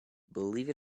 believe